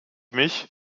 mich